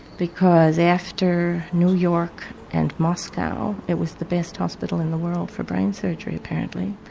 because after new york and moscow it was the best hospital in the world for brain surgery apparently.